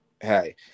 hey